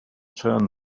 turn